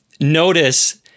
Notice